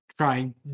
Trying